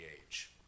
age